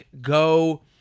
go